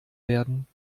werden